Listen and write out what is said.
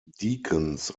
deacons